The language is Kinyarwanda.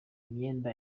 imyenda